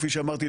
כפי שאמרתי,